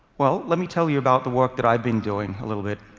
well, let me tell you about the work that i've been doing, a little bit,